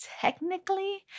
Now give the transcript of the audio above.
technically